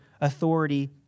authority